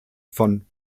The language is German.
von